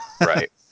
right